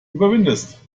überwindest